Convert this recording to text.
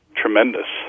tremendous